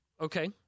Okay